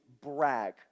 brag